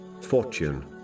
fortune